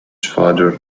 father